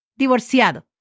divorciado